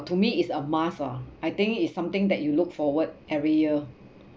to me is a must ah I think is something that you look forward every year